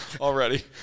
already